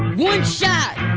one shot